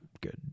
good